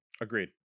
agreed